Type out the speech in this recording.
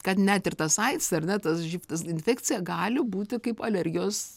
kad net ir tas aids ar ne tas živ tas infekcija gali būti kaip alergijos